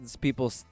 people